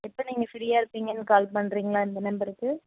எப்போ நீங்கள் ஃப்ரீயாக இருப்பீங்கன்னு கால் பண்ணுறீங்களா இந்த நம்பருக்கு